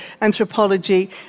anthropology